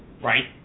Right